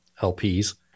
LPs